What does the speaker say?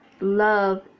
love